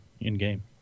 in-game